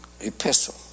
epistle